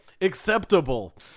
Acceptable